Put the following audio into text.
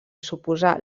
suposar